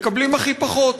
מקבלים הכי פחות.